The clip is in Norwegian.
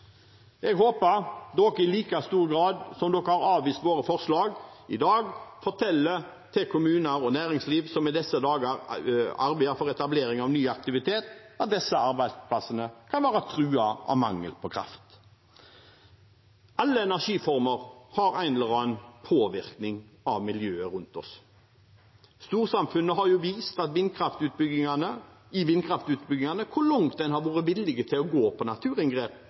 Jeg håper man i like stor grad som man har avvist våre forslag i dag, forteller til kommuner og næringsliv, som i disse dager arbeider for etablering av ny aktivitet, at disse arbeidsplassene kan være truet av mangel på kraft. Alle energiformer har en eller annen påvirkning på miljøet rundt oss. Storsamfunnet har vist i vindkraftutbyggingene hvor langt en har vært villig til å gå med naturinngrep